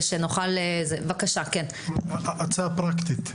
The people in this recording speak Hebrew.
הצעה פרקטית.